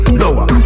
lower